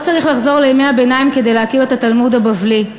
לא צריך לחזור לימי הביניים כדי להכיר את התלמוד הבבלי,